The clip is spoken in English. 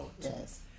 Yes